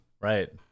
right